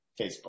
Facebook